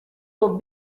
will